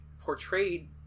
portrayed